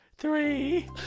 Three